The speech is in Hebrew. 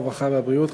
הרווחה והבריאות,